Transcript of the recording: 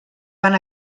van